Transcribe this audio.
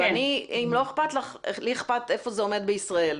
ולי אכפת איפה זה עומד בישראל.